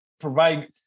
provide